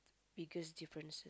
biggest difference